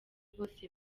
bose